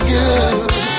good